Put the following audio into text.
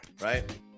Right